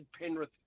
Penrith